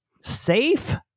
safe